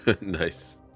Nice